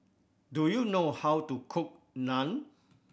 do you know how to cook Naan